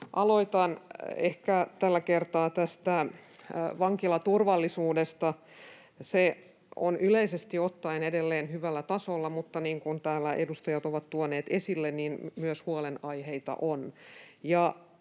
Aloitan ehkä tällä kertaa vankilaturvallisuudesta. Se on yleisesti ottaen edelleen hyvällä tasolla, mutta niin kuin täällä edustajat ovat tuoneet esille, myös huolenaiheita on.